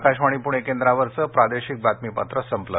आकाशवाणी पुणे केंद्रावरचं प्रादेशिक बातमीपत्र संपलं